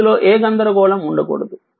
ఇందులో ఏ గందరగోళం ఉండకూడదు